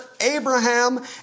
Abraham